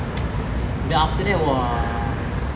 then after that !wah!